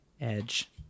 Edge